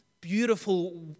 beautiful